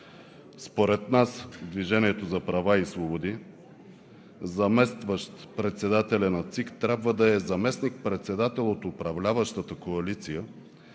Според нас, „Движението за права и свободи“, заместващият председател на ЦИК трябва да е заместник-председател от управляващата коалиция,